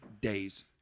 Days